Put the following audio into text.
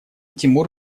тимур